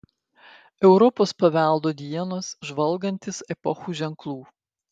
europos paveldo dienos žvalgantis epochų ženklų